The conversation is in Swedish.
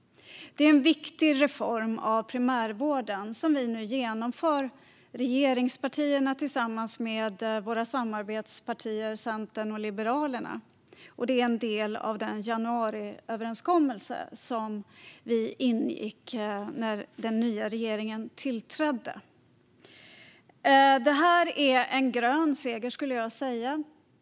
Det är en viktig reform av primärvården som vi regeringspartier nu genomför tillsammans med våra samarbetspartier Centern och Liberalerna. Det är en del av den januariöverenskommelse som vi ingick när den nya regeringen tillträdde. Det här en grön seger, skulle jag säga.